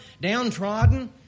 downtrodden